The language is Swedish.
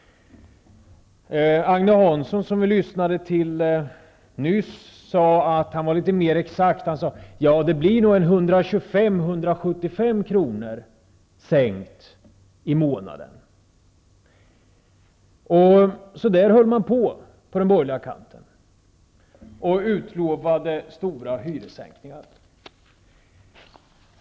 Agne Hansson, som vi lyssnade till nyss, var litet mer exakt. Han sade: Ja, det blir nog 125--175 kr. Så där höll man på från den borgerliga kanten och utlovade stora hyressänkningar.